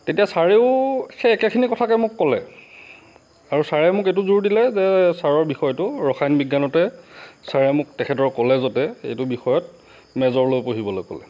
তেতিয়া ছাৰেও সেই একেইখিনি কথাকে মোক ক'লে আৰু ছাৰে মোক এইটো জোৰ দিলে যে ছাৰৰ বিষয়টোৰ ৰসায়ন বিজ্ঞানতে ছাৰে মোক তেখেতৰ কলেজতে এইটো বিষয়ত মেজৰ লৈ পঢ়িবলৈ ক'লে